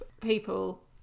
people